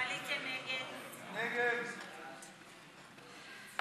ההסתייגות (5) של קבוצת סיעת